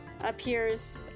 appears